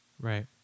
right